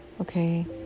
okay